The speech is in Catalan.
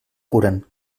curen